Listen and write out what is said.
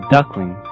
Duckling